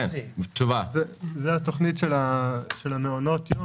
זה התוכנית של מעונות היום,